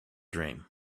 dream